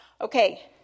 Okay